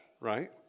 Right